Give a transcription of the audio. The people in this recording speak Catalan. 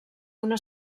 una